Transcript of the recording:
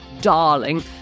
darling